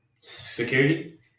security